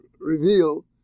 reveal